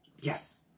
Yes